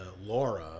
laura